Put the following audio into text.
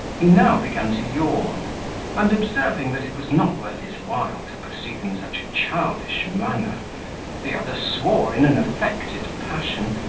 he now began to yawn and observing, that it was not worth his while to proceed in such a childish manner the other swore, in an affected passion,